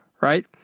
right